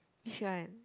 which one